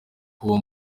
kuba